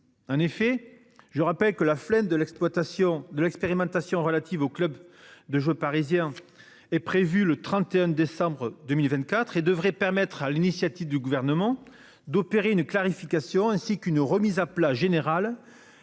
un effet. Je rappelle que la flemme de l'exploitation de l'expérimentation relatives au club de jeux parisien est prévue le 31 décembre 2024 et devrait permettre à l'initiative du gouvernement d'opérer une clarification ainsi qu'une remise à plat générale